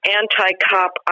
anti-cop